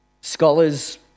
scholars